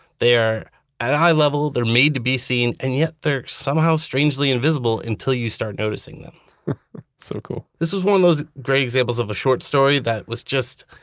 they are at eye level, they're made to be seen, and yet they're somehow strangely invisible until you start noticing them so cool this was one of those great examples of a short story that was just,